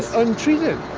untreated.